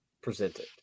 presented